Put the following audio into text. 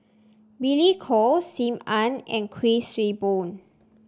Billy Koh Sim Ann and Kuik Swee Boon